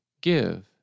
Give